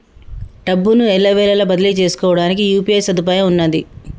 డబ్బును ఎల్లవేళలా బదిలీ చేసుకోవడానికి యూ.పీ.ఐ సదుపాయం ఉన్నది